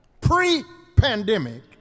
pre-pandemic